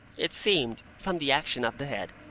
it seemed, from the action of the head,